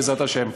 בעזרת השם.